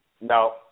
No